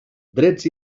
deures